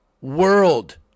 world